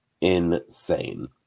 insane